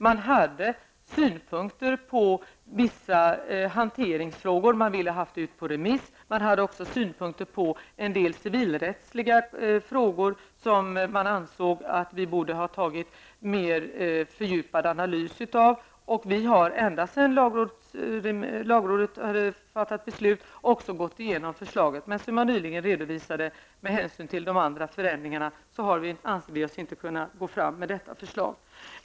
Man hade synpunkter på vissa hanteringsfrågor och ville att förslaget skulle gå ut på remiss. Man hade också synpunkter på en del civilrättsliga frågor där man ansåg att vi borde ha utfört en mer fördjupad analys. Departementet har efter det att lagrådet fattat sitt beslut också gått igenom förslaget. Men med hänsyn till de andra förändringarna, vilket jag redovisade, anser vi oss inte kunna gå fram med detta förslag.